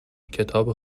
کتاب